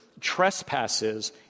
trespasses